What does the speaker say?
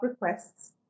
requests